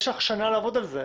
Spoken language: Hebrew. יש לך שנה לעבוד על זה.